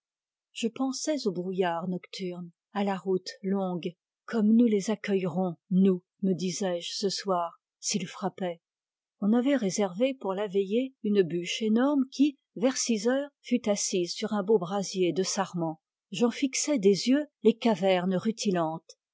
je pensais au brouillard nocturne à la route longue comme nous les accueillerions nous me disais-je ce soir s'ils frappaient on avait réservé pour la veillée une bûche énorme qui vers six heures fut assise sur un beau brasier de sarments j'en fixais des yeux les cavernes rutilantes